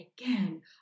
again